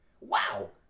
Wow